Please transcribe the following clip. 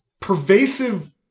pervasive